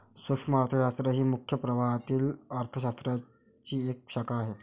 सूक्ष्म अर्थशास्त्र ही मुख्य प्रवाहातील अर्थ शास्त्राची एक शाखा आहे